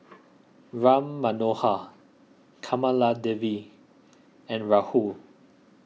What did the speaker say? Ram Manohar Kamaladevi and Rahul